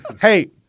Hey